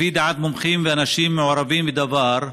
לפי דעת מומחים ואנשים המעורבים בדבר,